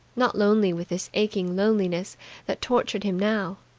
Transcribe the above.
not lonely with this aching loneliness that tortured him now.